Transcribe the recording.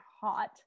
hot